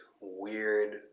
weird